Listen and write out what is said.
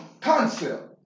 concept